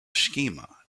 schema